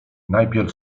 najpierw